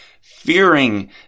fearing